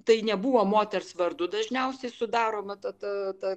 tai nebuvo moters vardu dažniausiai sudaroma ta ta ta